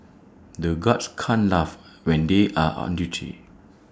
the guards can't laugh when they are on duty